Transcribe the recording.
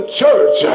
church